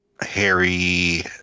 Harry